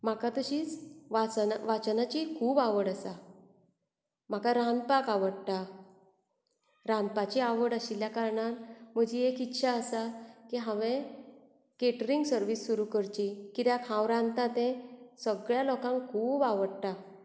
म्हाका तशींच वाचना वाचनाची खूब आवड आसा म्हाका रांदपाक आवडटा रांदपाची आवड आशिल्ल्या कारणान म्हजी एक इच्छा आसा की हांवें केटरींग सर्विस सुरु करची कित्याक हांव रांदतां तें सगळ्यां लोकांक खूब आवडटा